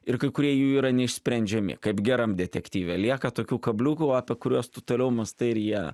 ir kai kurie jų yra neišsprendžiami kaip geram detektyve lieka tokių kabliukų apie kuriuos tu toliau mąstai ir jie